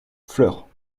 flers